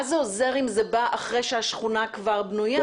מה זה עוזר אם זה בא אחרי שהשכונה כבר בנויה?